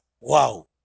Wow